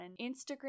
Instagram